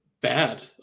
bad